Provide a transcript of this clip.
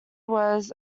was